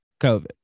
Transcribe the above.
COVID